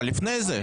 אבל לפני זה.